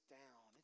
down